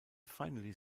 finally